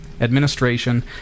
Administration